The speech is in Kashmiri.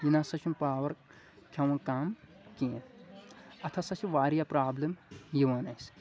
یہِ نسا چھُنہٕ پاور کھٮ۪وان کم کینٛہہ اتھ ہسا چھ واریاہ پرابلِم یِوان اسہِ